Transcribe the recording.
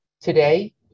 Today